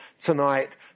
tonight